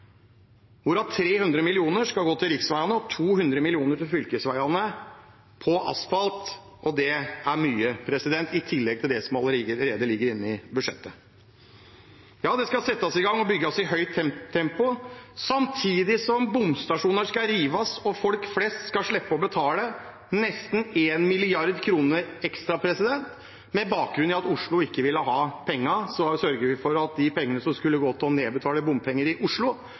hvorav 300 mill. kr skal gå til riksveiene og 200 000 mill. kr til fylkesveiene, på asfalt – og det er mye. I tillegg kommer det som allerede ligger i budsjettet. Ja, det skal settes i gang og bygges i et høyt tempo, samtidig som bomstasjoner skal rives og folk flest skal slippe å betale nesten 1 mrd. kr ekstra. Med bakgrunn i at Oslo ikke ville ha pengene, sørger vi for at de pengene som skulle gå til å nedbetale bompenger i Oslo,